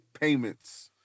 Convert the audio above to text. payments